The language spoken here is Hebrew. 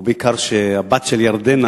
ובעיקר שהבת של ירדנה,